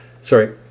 sorry